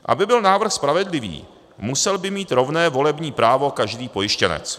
Aby byl návrh spravedlivý, musel by mít rovné volební právo každý pojištěnec.